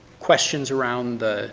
questions around the